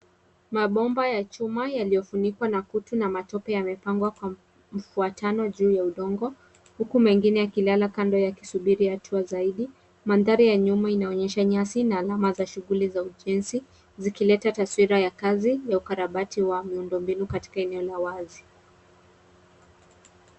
Mabomba ya chuma yaliyofunikwa na kutu na matope yamepangwa kwa mfuatano juu ya udongo, huku mengine yakilala kando yakisubiri hatua zaidi. Mandhari ya nyuma inaonyesha nyasi na alama za shughuli za ujenzi, zikileta taswira ya kazi, ya ukarabati wa miundombinu katika eneo la wazi.